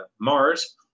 Mars